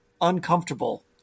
uncomfortable